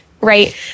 right